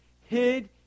hid